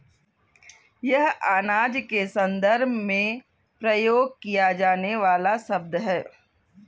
यह अनाज के संदर्भ में प्रयोग किया जाने वाला शब्द है